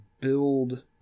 build